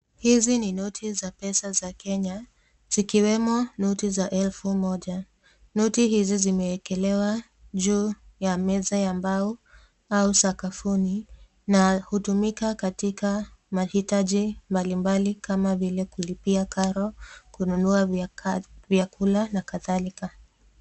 Hizi ni noti za pesa za Kenya zikiwemo noti za elfu moja . Noti hizi zimewekelewa juu ya meza ya mbao au sakafuni na hutumika katika mahitaji mbalimbali kama vile kulipia karo, kununua vyakula na kadhalika.